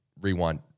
rewind